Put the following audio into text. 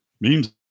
Memes